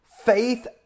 faith